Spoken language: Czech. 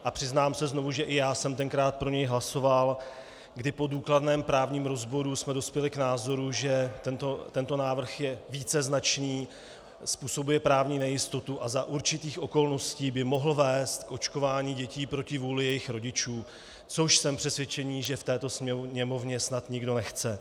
A přiznám se znovu, že i já jsem pro něj tenkrát hlasoval, kdy po důkladném právním rozboru jsme dospěli k názoru, že tento návrh je víceznačný, způsobuje právní nejistotu a za určitých okolností by mohl vést k očkování dětí proti vůli jejich rodičů, což jsem přesvědčený, že v této Sněmovně snad nikdo nechce.